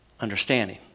understanding